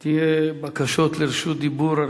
יש בקשות לרשות דיבור.